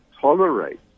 tolerate